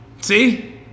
See